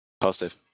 Positive